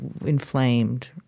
inflamed